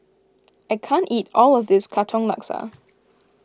I can't eat all of this Katong Laksa